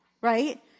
Right